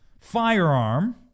firearm